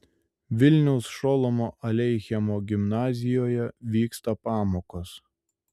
vilniaus šolomo aleichemo gimnazijoje vyksta pamokos